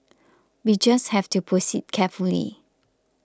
we just have to proceed carefully